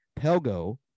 Pelgo